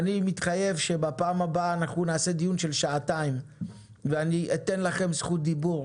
אני מתחייב שבפעם הבאה אנחנו נעשה דיון של שעתיים ואני אתן זכות דיבור